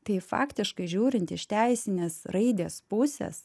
tai faktiškai žiūrint iš teisinės raidės pusės